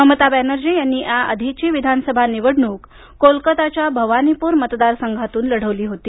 ममता बॅनर्जी यांनी या आधीची विधानसभा निवडणूक कोलकाताच्या भवानीपूर मतदार संघातून लढवली होती